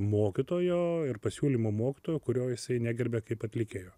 mokytojo ir pasiūlymų mokytojo kurio jisai negerbia kaip atlikėjo